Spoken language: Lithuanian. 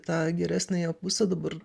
tą geresniąją pusę dabar